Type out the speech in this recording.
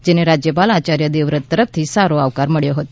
જેને રાજયપાલ આચાર્ય દેવવ્રત તરફથી સારો આવકાર મળ્યો હતો